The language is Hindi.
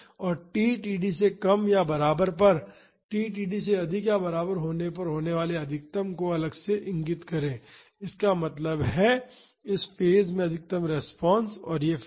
और t td से कम या बराबर पर और t td से अधिक या बराबर पर होने वाली अधिकतम को अलग से इंगित करें इसका मतलब है इस फेज में अधिकतम रिस्पांस और यह फेज